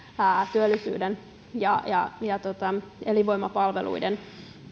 työllisyyden ja elinvoimapalveluiden